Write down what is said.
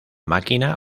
máquina